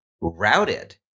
routed